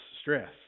stress